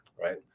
right